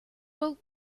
well